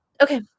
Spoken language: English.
Okay